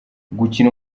gukina